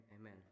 amen